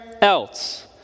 else